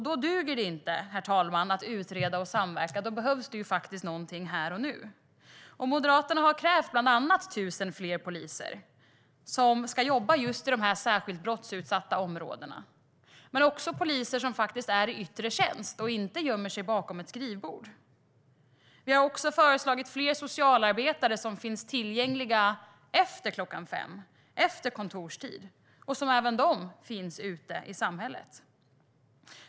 Då duger det inte, herr talman, att utreda och samverka, utan då behövs det faktiskt någonting här och nu. Moderaterna har bland annat krävt 1 000 fler poliser som ska jobba just i de här särskilt brottsutsatta områdena och att fler ska vara i yttre tjänst och inte gömma sig bakom ett skrivbord. Vi har också föreslagit att fler socialarbetare ska finnas tillgängliga efter kontorstid och även de finnas ute i samhället.